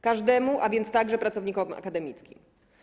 Każdemu, a więc także pracownikom akademickim.